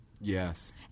Yes